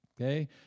okay